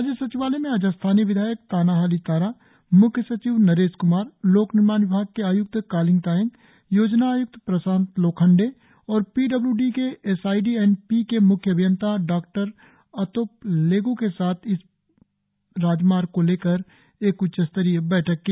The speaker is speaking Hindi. राज्य सचिवालय में आज स्थानीय विधायक ताना हाली तारा म्ख्य सचिव नरेश क्मार लोक निर्माण विभाग के आय्क्त कालिंग तायेंग योजना आय्क्त प्रशांत लोखंडे और पी डब्ल् डी के S I D and P के म्ख्य अभियंता डॉ अतोप लेगो के साथ इस पराजमार्ग को लेकर एक उच्चस्तरीय बैठक की